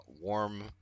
warm